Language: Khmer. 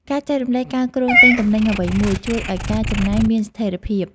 ការចែករំលែកការគ្រោងទិញទំនិញអ្វីមួយ ជួយឲ្យការចំណាយមានស្ថេរភាព។